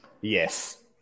Yes